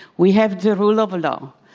we have the rule of law.